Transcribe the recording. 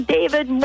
David